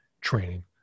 training